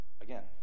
again